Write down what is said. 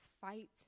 fight